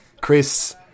Chris